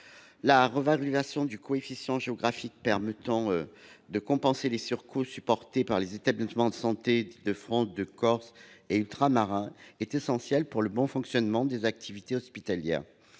La revalorisation du coefficient géographique permettant de compenser les surcoûts supportés par les établissements de santé d’Île de France, de Corse et d’outre mer est essentielle pour le bon fonctionnement des activités hospitalières.